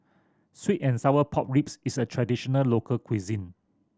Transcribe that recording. sweet and sour pork ribs is a traditional local cuisine